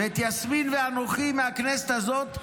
ואת יסמין ואנוכי מהכנסת הזאת,